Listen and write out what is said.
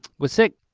was sick.